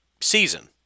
season